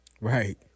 right